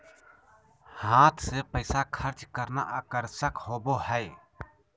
हाथ से पैसा खर्च करना आकर्षक होबो हइ